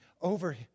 over